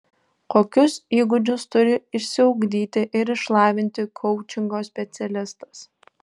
kokius įgūdžius turi išsiugdyti ir išlavinti koučingo specialistas